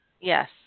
Yes